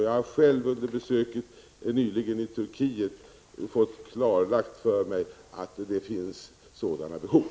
Jag har själv under mitt besök nyligen i Turkiet fått klarlagt för mig att det finns sådana behov.